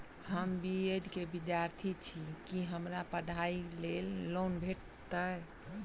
हम B Ed केँ विद्यार्थी छी, की हमरा पढ़ाई लेल लोन भेटतय?